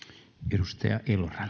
arvoisa